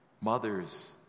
Mothers